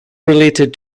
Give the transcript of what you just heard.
related